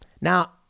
Now